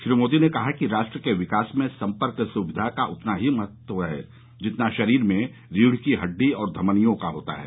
श्री मोदी ने कहा कि राष्ट्र के विकास में संपर्क सुविधा का उतना ही महत्व है जितना शरीर में रीढ की हड्डी और धमनियों का होता है